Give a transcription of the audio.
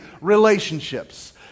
relationships